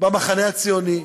במחנה הציוני,